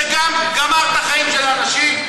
שגם גמר חיים של אנשים,